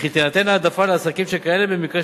וכי תינתן העדפה לעסקים שכאלה במקרה